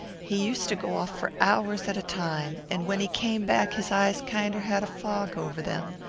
he used to go off for hours at a time, and when he came back his eyes kinder had a fog over them.